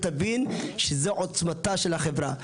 ותבין שזו עוצמה של החברה.